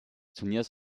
turniers